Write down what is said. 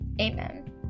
Amen